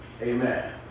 Amen